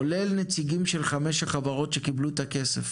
כולל נציגים של חמש החברות שקיבלו את הכסף.